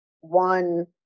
one